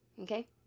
okay